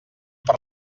per